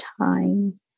time